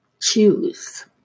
Choose